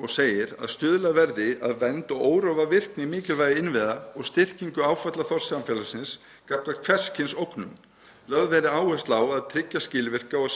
og segir: „Að stuðlað verði að vernd og órofa virkni mikilvægra innviða og styrkingu áfallaþols samfélagsins gagnvart hvers kyns ógnum. Lögð verði áhersla á að tryggja skilvirkan og